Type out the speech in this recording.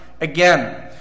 again